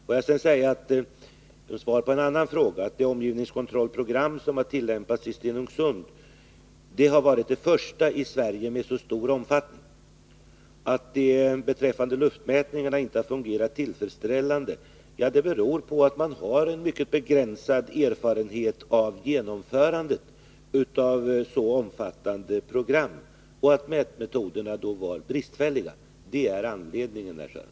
Får jag sedan som svar på en annan fråga säga att det program för omgivningskontroll som har tillämpats i Stenungsund har varit det första i Sverige av så stor omfattning. Att luftmätningarna inte har fungerat tillfredsställande beror på att man har mycket begränsade erfarenheter när det gäller genomförandet av så omfattande program och på att mätmeto derna var bristfälliga. Det är anledningen, herr Sörenson.